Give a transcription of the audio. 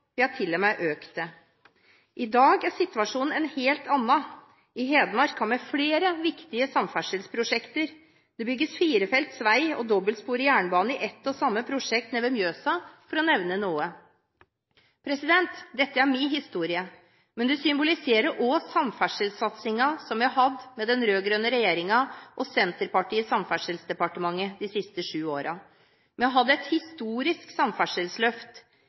til og med økt det. I dag er situasjonen en helt annen. I Hedmark har vi flere viktige samferdselsprosjekter. Det bygges firefelts vei og dobbeltsporet jernbane i ett og samme prosjekt nede ved Mjøsa, for å nevne noen. Dette er min historie, men den symboliserer også samferdselssatsingen som vi har hatt med den rød-grønne regjeringen og Senterpartiet i Samferdselsdepartementet de siste sju årene. Vi har hatt et historisk samferdselsløft.